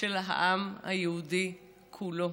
של העם היהודי כולו.